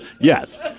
Yes